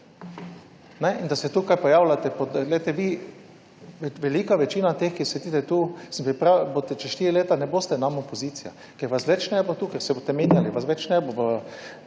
Da se tukaj pojavljate, glejte, vi, velika večina teh, ki sedite tu, čez štiri leta ne boste nam opozicija, ker vas več ne bo tu, ker se boste menjali, vas več ne bo,